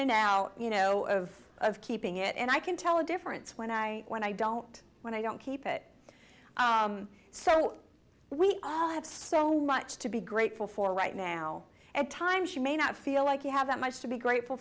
and now you know of of keeping it and i can tell the difference when i when i don't when i don't keep it so we have so much to be grateful for right now at times you may not feel like you have that much to be grateful